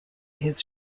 his